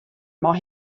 mei